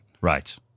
Right